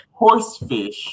horsefish